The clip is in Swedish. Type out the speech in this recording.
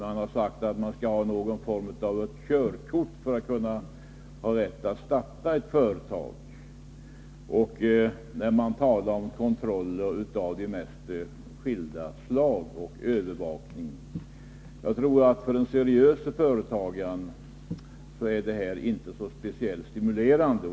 De skall ha någon form av ”körkort” för att kunna starta ett företag. Man talar om kontroll och övervakning av de mest skilda slag. Jag tror inte att sådant är så särskilt stimulerande för den seriöse företagaren.